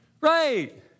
right